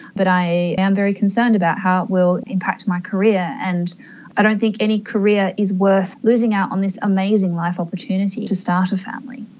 but i am very concerned about how it will impact my career. and i don't think any career is worth losing out on this amazing life opportunity, to start a family.